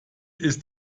ist